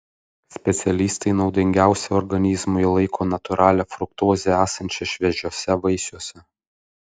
specialistai naudingiausia organizmui laiko natūralią fruktozę esančią šviežiuose vaisiuose